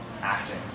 acting